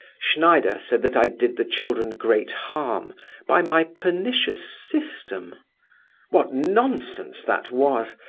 schneider said that i did the children great harm by my pernicious system what nonsense that was!